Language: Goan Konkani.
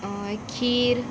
खीर